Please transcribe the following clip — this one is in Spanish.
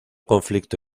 conflicto